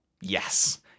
Yes